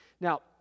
Now